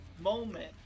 moment